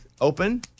open